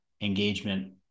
engagement